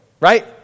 right